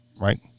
right